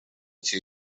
эти